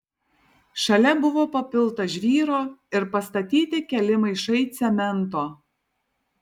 šalia buvo papilta žvyro ir pastatyti keli maišai cemento